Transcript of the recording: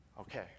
okay